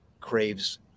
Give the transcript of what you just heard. craves